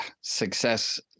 success